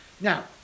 Now